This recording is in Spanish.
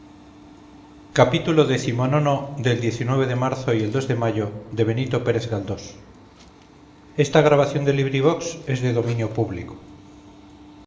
xxvi xxvii xxviii del de marzo y el de mayo de benito pérez